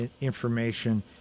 information